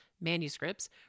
manuscripts